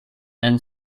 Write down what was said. and